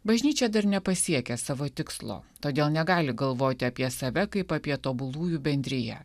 bažnyčia dar nepasiekė savo tikslo todėl negali galvoti apie save kaip apie tobulųjų bendriją